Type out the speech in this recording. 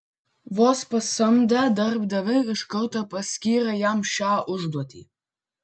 vos pasamdę darbdaviai iš karto paskyrė jam šią užduotį